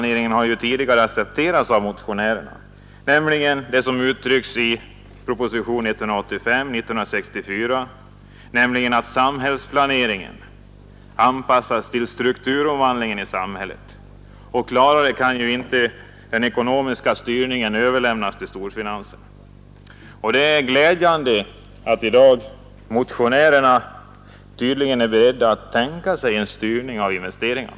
Motionärerna har ju tidigare accepterat grunderna för länsplaneringen som de uttrycks i propositionen 185 år 1964, nämligen att samhällsplaneringen anpassas till strukturomvandlingen i samhället. Klarare kan ju inte uttryckas att den ekonomiska styrningen överlämnas till storfinansen. Det är glädjande att motionärerna i dag tydligen är beredda att tänka sig en styrning av investeringarna.